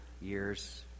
years